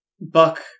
Buck